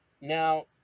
Now